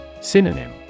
Synonym